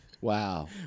Wow